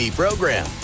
program